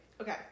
Okay